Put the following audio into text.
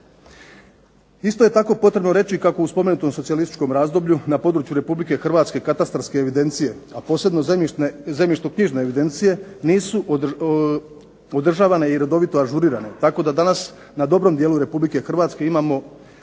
Isto je tako potrebno reći kako u spomenutom socijalističkom razdoblju na području Republike Hrvatske katastarske evidencije, a posebno zemljišnoknjižne evidencije nisu održavane i redovito ažurirane, tako da danas na dobrom dijelu Republike Hrvatske imamo